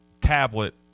tablet